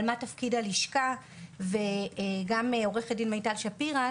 מידע על מה תפקיד הלשכה וגם עורכת דין מיטל שפירא,